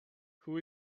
who